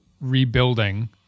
rebuilding